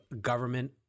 government